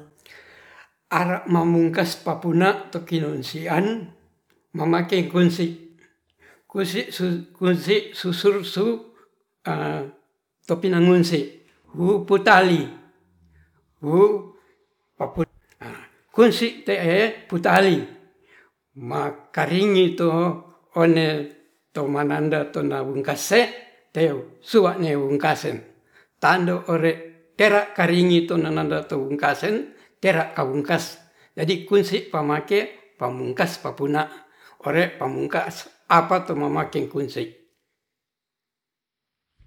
Are mamungkes papurna tukinsian mamake kunsi. kunsi kunsi susulsu topinangunsi wuu putali wuu kunsi te'e putali makaringi to one to mananda to naungkase teu suane wungkasen tando ore tera karingi tonanada tou kasen tera kaukas jadi kunsi pamake pamumkas papuna ore pamungkas arpa tu mamake kunsi'